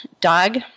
dog